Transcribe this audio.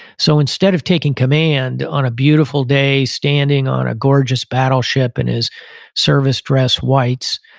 so, instead of taking command on a beautiful day, standing on a gorgeous battleship in his service dress whites,